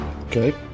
Okay